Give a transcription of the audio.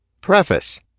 Preface